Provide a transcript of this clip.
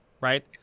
right